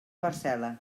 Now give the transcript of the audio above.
parcel·la